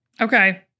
Okay